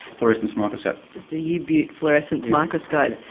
fluorescence microscope. a you-beaut fluorescence microscope.